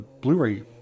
Blu-ray